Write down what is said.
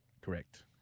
Correct